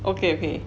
okay okay